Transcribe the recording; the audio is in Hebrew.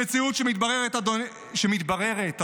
המציאות שמתבררת,